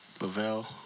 Lavelle